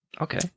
Okay